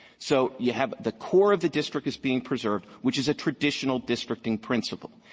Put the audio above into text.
so you have the core of the district is being preserved, which is a traditional districting principle.